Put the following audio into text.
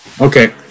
Okay